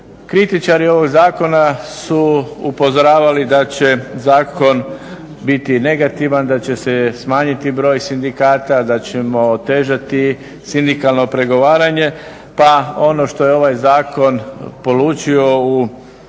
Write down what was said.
Kritičari ovog zakona su upozoravali da će zakon biti negativan, da će se smanjiti broj sindikata, da ćemo otežati sindikalno pregovaranje, pa ono što je ovaj zakon polučio u